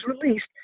released